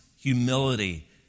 humility